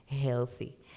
healthy